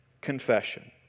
confession